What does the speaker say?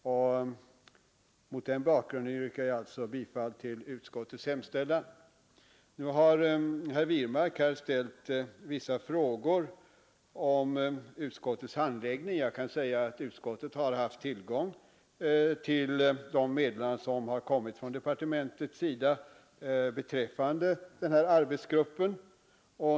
Mot den bakgrunden yrkar jag bifall till utskottets hemställan. Nu har herr Wirmark ställt vissa frågor om utskottets handläggning. Jag kan säga att utskottet haft tillgång till de meddelanden som kommit från departementet beträffande arbetsgruppen.